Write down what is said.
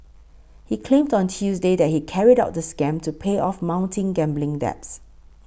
he claimed on Tuesday that he carried out the scam to pay off mounting gambling debts